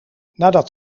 nadat